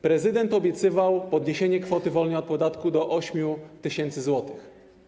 Prezydent obiecywał podniesienie kwoty wolnej od podatku do 8 tys. zł.